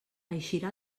eixirà